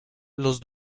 los